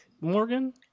Morgan